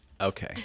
Okay